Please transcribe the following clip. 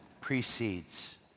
precedes